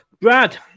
Brad